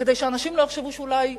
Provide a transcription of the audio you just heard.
כדי שאנשים לא יחשבו שאולי אנחנו,